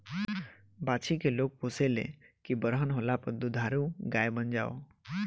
बाछी के लोग पोसे ले की बरहन होला पर दुधारू गाय बन जाओ